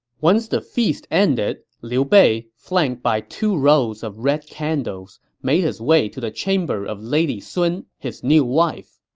once the feast ended, liu bei, flanked by two rows of red candles, made his way to the chamber of lady sun, his new wife.